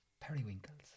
periwinkles